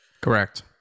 correct